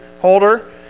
holder